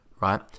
right